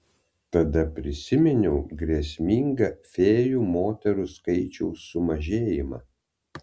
tada prisiminiau grėsmingą fėjų moterų skaičiaus sumažėjimą